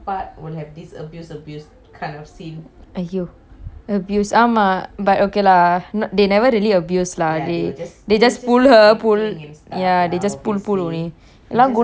!aiyo! abuse ஆமா:aama but okay lah they never really abuse lah they just pull her pull ya they just pull pull only எல்லா குண்டாயிட்டாங்க:ella goondaiyetaange lah அந்த:anthe